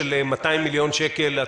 של 200 מיליון שקל,